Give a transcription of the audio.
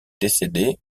décédée